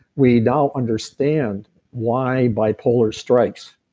we now understand why bipolar strikes,